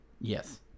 Yes